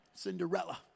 Cinderella